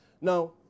Now